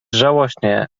żałośnie